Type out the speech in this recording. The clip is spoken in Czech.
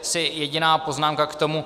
Asi jediná poznámka k tomu.